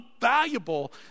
valuable